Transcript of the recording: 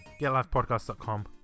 GetLifePodcast.com